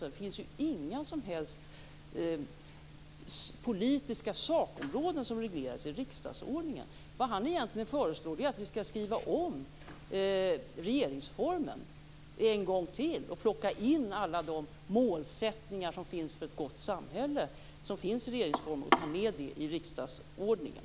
Det finns inga som helst politiska sakområden som regleras i riksdagsordningen. Vad han egentligen föreslår är att vi skall skriva om regeringsformen en gång till och plocka alla de målsättningar som finns för ett gott samhälle i regeringsformen in i riksdagsordningen.